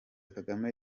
kagame